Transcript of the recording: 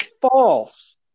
false